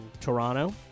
Toronto